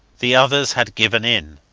the others had given in,